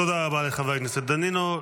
תודה רבה לחבר הכנסת דנינו.